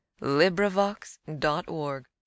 LibriVox.org